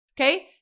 Okay